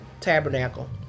Tabernacle